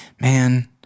man